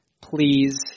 please